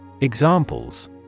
Examples